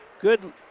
Good